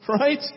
Right